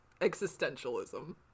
existentialism